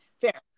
fair